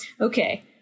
Okay